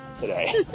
today